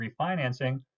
refinancing